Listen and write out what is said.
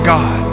God